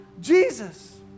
Jesus